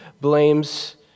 blames